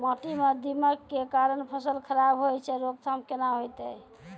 माटी म दीमक के कारण फसल खराब होय छै, रोकथाम केना होतै?